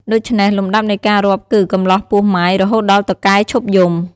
ដូច្នេះ លំដាប់នៃការរាប់គឺ កំលោះ ពោះម៉ាយ រហូតដល់តុកែឈប់យំ។